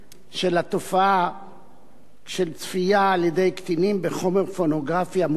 של צפייה של קטינים בחומר פורנוגרפי המוקרן ברשתות הטלוויזיה ובאינטרנט.